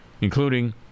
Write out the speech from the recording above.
including